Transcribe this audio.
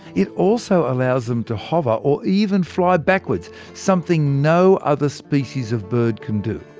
it also allows them to hover, or even fly backwards something no other species of bird can do!